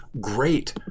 great